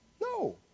No